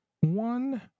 one